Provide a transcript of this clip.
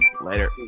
later